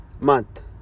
month